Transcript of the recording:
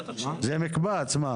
זה מקבץ.